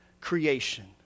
creation